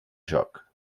joc